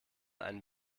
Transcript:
einen